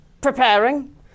Preparing